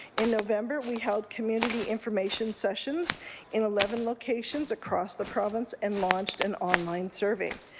in november, we held community information sessions in eleven locations across the province and launched an online survey.